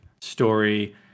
story